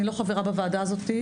אני לא חברה בוועדה הזאת.